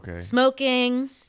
smoking